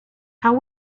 how